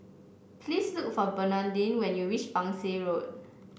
please look for Bernadine when you reach Pang Seng Road